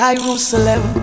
Jerusalem